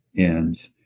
and